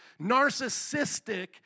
narcissistic